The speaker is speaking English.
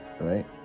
right